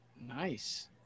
Nice